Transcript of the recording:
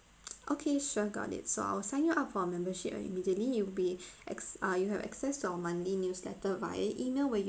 okay sure got it so I'll sign you up for a membership and immediately you'll be ac~ ah you have access to our monthly newsletter via email where you can